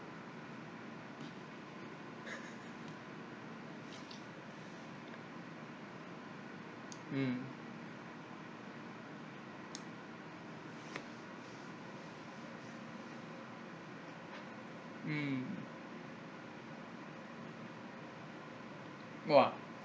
mm mm !wah!